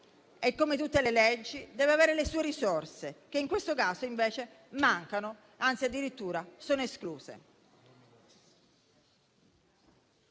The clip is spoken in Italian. e, come tutte le leggi, deve avere le sue risorse, che in questo caso invece mancano, anzi addirittura sono escluse.